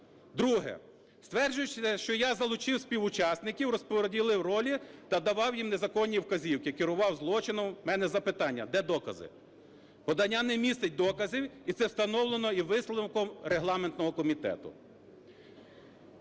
Друге. Стверджується, що я залучив співучасників, розподілив ролі та давав їм незаконні вказівки, керував злочином… У мене запитання: де докази? Подання не містить доказів, і це встановлено і висновком регламентного комітету.